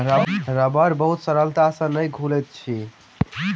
रबड़ बहुत सरलता से नै घुलैत अछि